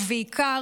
ובעיקר,